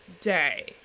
day